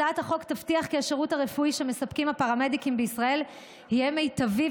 הצעת החוק תבטיח כי השירות הרפואי שמספקים הפרמדיקים בישראל יהיה מיטבי,